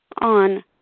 on